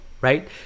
right